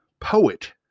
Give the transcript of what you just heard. poet